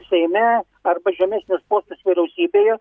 seime arba žemesnius postus vyriausybėje